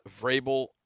Vrabel